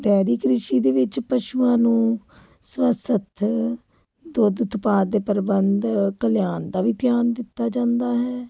dairy ਦੀ ਕ੍ਰਿਸ਼ੀ ਦੇ ਵਿੱਚ ਪਸ਼ੂਆਂ ਨੂੰ ਸਵਸਥ ਦੁੱਧ ਉਤਪਾਦ ਦੇ ਪ੍ਰਬੰਧ ਕਲਿਆਣ ਦਾ ਵੀ ਧਿਆਨ ਦਿੱਤਾ ਜਾਂਦਾ ਹੈ